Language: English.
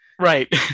Right